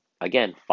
Again